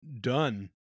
done